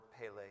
Pele